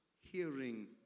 hearing